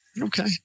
Okay